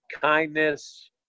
Kindness